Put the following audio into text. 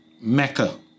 mecca